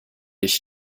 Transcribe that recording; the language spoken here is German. ich